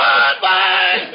Goodbye